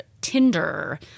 Tinder